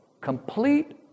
complete